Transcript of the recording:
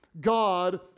God